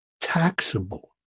taxable